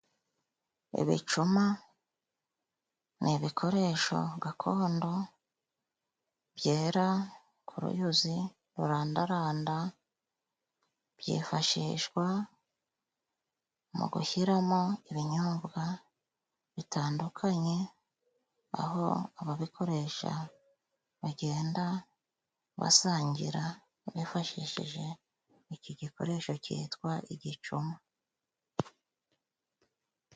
Ibicuma ni ibikoresho gakondo byera ku ruyuzi rurandaranda byifashishwa mu gushyiramo ibinyobwa bitandukanye, aho ababikoresha bagenda basangira bifashishije iki gikoresho cyitwa igicuma.